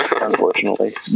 unfortunately